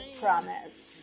promise